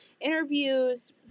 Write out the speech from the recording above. interviews